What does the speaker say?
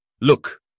look